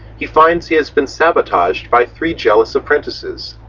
he finds he has been sabotaged by three jealous apprentices.